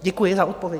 Děkuji za odpovědi.